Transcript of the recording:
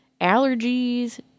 allergies